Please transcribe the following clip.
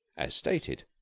as stated,